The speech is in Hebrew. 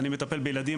זה לטפל בילדים,